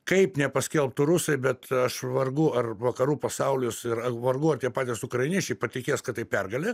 kaip nepaskelbtų rusai bet aš vargu ar vakarų pasaulius ir ar vargu ar tie patys ukrainiečiai patikės kad tai pergalė